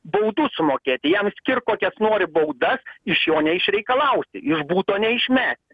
baudų sumokėti jam skirk kokias nori baudas iš jo neišreikalausi iš buto neišmesi